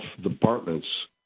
departments